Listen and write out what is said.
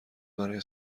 برای